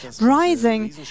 rising